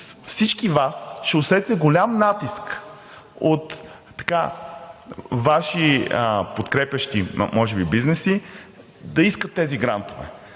всички от Вас ще усетите голям натиск от Ваши, подкрепящи може би бизнеси, да искат тези грантове.